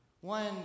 One